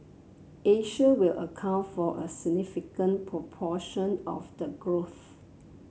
Asia will account for a significant proportion of the growth